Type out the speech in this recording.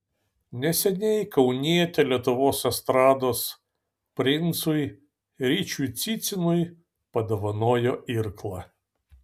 neseniai kaunietė lietuvos estrados princui ryčiui cicinui padovanojo irklą